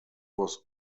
was